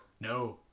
No